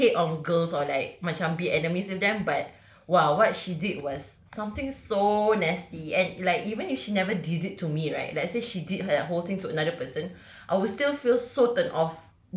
hate on girls or are like macam be enemies with them but !wow! what she did was something so nasty and like even if she never did it to me right let's say she did the whole thing to another person I would still feel so turned off